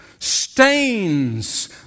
stains